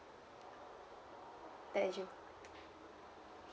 that you